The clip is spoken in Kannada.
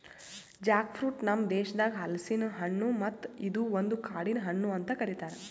ಜಾಕ್ ಫ್ರೂಟ್ ನಮ್ ದೇಶದಾಗ್ ಹಲಸಿನ ಹಣ್ಣು ಮತ್ತ ಇದು ಒಂದು ಕಾಡಿನ ಹಣ್ಣು ಅಂತ್ ಕರಿತಾರ್